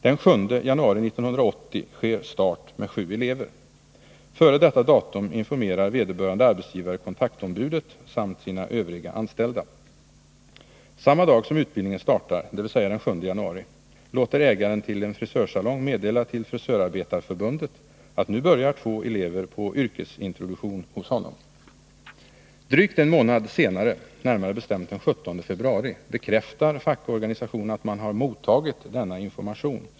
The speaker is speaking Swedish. Den 7 januari 1980 startar utbildningen med sju elever. Före detta datum informerar vederbörande arbetsgivare kontaktombudet samt sina övriga anställda. Samma dag som utbildningen startar, dvs. den 7 januari, låter ägaren till en frisörsalong meddela Frisöranställdas förbund att två elever nu börjar på yrkesintroduktion hos honom. Drygt en månad senare, närmare bestämt den 17 februari, bekräftar fackorganisationen att man mottagit informationen.